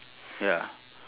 ya